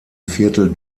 viertel